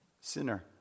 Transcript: sinner